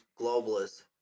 globalists